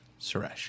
Suresh